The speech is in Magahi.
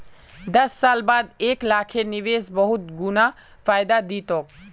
दस साल बाद एक लाखेर निवेश बहुत गुना फायदा दी तोक